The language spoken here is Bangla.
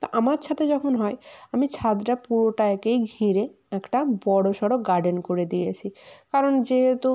তা আমার ছাদে যখন হয় আমি ছাদটা পুরোটাকেই ঘিরে একটা বড়সড় গার্ডেন করে দিয়েছি কারণ যেহেতু